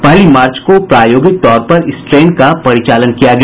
पहली मार्च को प्रायोगिक तौर पर इस ट्रेन का परिचालन किया गया